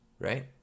right